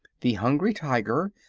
the hungry tiger,